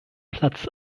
platz